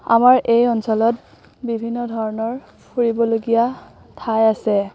আমাৰ এই অঞ্চলত বিভিন্ন ধৰণৰ ফুৰিবলগীয়া ঠাই আছে